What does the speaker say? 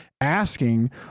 asking